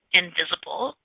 invisible